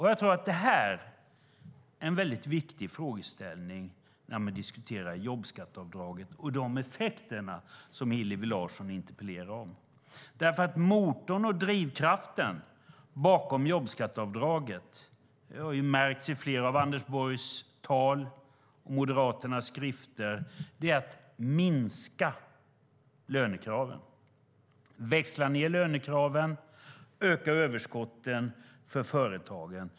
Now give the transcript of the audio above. Jag tror att detta är en väldigt viktig frågeställning när man diskuterar jobbskatteavdraget och de effekter som Hillevi Larsson interpellerar om. Motorn och drivkraften bakom jobbskatteavdraget har märkts i flera av Anders Borgs tal och i Moderaternas skrifter; det är att minska och växla ned lönekraven och öka överskotten för företagen.